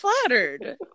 flattered